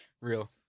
Real